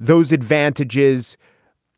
those advantages